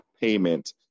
payment